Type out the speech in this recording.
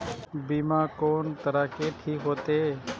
बीमा कोन तरह के ठीक होते?